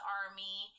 army